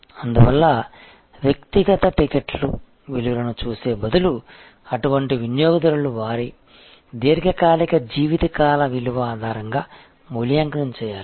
అందువల్ల వ్యక్తిగత టిక్కెట్ విలువను చూసే బదులు అటువంటి వినియోగదారులు వారి దీర్ఘకాలిక జీవితకాల విలువ ఆధారంగా మూల్యాంకనం చేయాలి